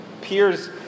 peers